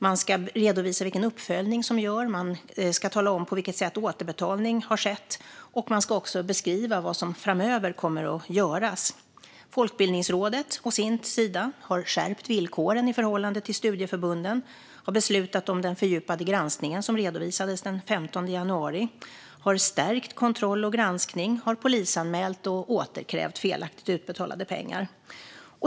Man ska redovisa vilken uppföljning som görs. Man ska tala om på vilket sätt återbetalning har skett. Och man ska beskriva vad som framöver kommer att göras. Folkbildningsrådet har å sin sida skärpt villkoren i förhållande till studieförbunden och beslutat om den fördjupade granskning som redovisades den 15 januari. Man har stärkt kontroll och granskning, har polisanmält och återkrävt felaktigt utbetalade pengar.